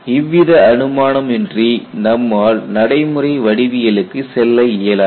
இவ்வித அனுமானம் இன்றி நம்மால் நடைமுறை வடிவியலுக்கு செல்ல இயலாது